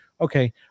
okay